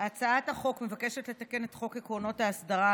הצעת החוק מבקשת לתקן את חוק עקרונות האסדרה,